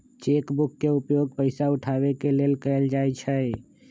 cheque book के उपयोग पइसा उठाबे के लेल कएल जाइ छइ